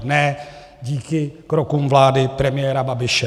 Ne díky krokům vlády premiéra Babiše.